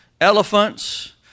elephants